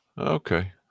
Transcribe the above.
Okay